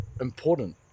important